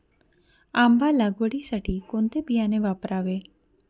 आंबा लागवडीसाठी कोणते बियाणे वापरावे?